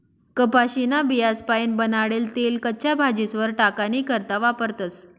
कपाशीन्या बियास्पाईन बनाडेल तेल कच्च्या भाजीस्वर टाकानी करता वापरतस